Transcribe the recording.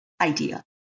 idea